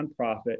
nonprofit